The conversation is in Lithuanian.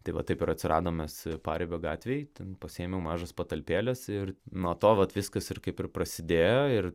tai va taip ir atsiradom mes paribio gatvėj ten pasiėmiau mažas patalpėles ir nuo to vat viskas ir kaip ir prasidėjo ir